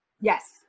Yes